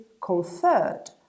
conferred